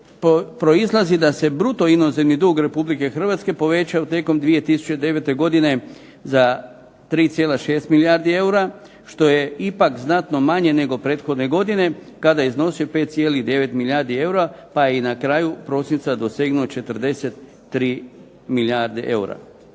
proizlazi da se bruto inozemni dug Republike Hrvatske povećao tijekom 2009. godine za 3,6 milijardi eura, što je ipak znatno manje nego prethodne godine kada je iznosio 5,9 milijardi eura, pa je na kraju prosinca dosegnuo 43 milijarde eura.